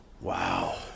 Wow